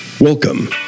Welcome